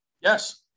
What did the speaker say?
Yes